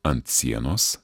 ant sienos